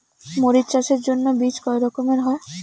মরিচ চাষের জন্য বীজ কয় রকমের হয়?